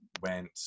went